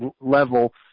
level